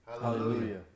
Hallelujah